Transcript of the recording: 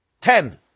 ten